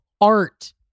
art